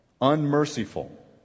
unmerciful